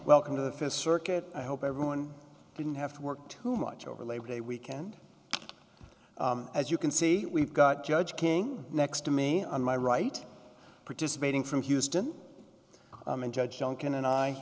welcome to the th circuit i hope everyone didn't have to work too much over labor day weekend as you can see we've got judge king next to me on my right participating from houston and judge duncan and